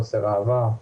חוסר אהבה,